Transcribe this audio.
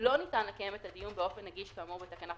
יש חוק.